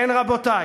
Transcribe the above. כן, רבותי,